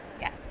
yes